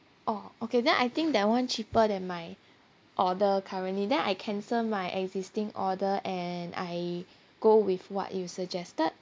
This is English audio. orh okay then I think that one cheaper than my order currently then I cancel my existing order and I go with what you suggested